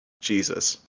Jesus